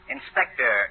Inspector